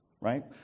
right